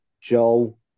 Joel